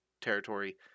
territory